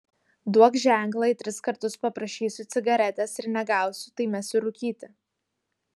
duok ženklą jei tris kartus paprašysiu cigaretės ir negausiu tai mesiu rūkyti